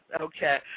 Okay